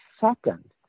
second